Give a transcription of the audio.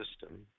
system